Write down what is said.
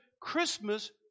Christmas